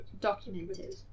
Documented